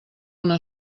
una